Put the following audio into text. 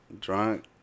drunk